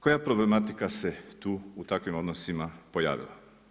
Koja problematika se tu u takvim odnosima tu pojavila?